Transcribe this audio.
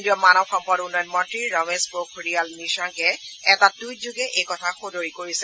কেন্দ্ৰীয় মানৱ সম্পদ উন্নয়ন মন্ত্ৰী ৰমেশ পোখৰিয়ালে এক টুইটযোগে এইকথা সদৰি কৰিছে